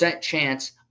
chance